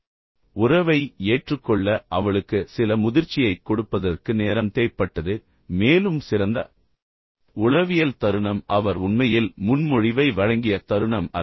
எனவே உறவை ஏற்றுக்கொள்ள அவளுக்கு சில முதிர்ச்சியைக் கொடுப்பதற்கு நேரம் தேவைப்பட்டது மேலும் சிறந்த உளவியல் தருணம் அவர் உண்மையில் முன்மொழிவை வழங்கிய தருணம் அல்ல